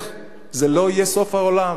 זה לא יהיה סוף העולם,